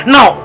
Now